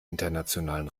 internationalen